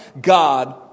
God